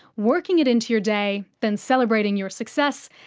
working it into your day, then celebrating your success,